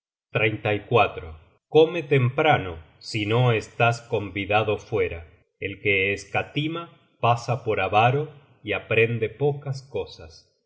resultarán siempre quimeras come temprano si no estás convidado fuera el que escatima pasa por avaro y aprende pocas cosas